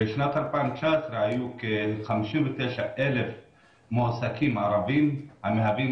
בשנת 2019 היו כ-59,000 מועסקים ערבים שמהווים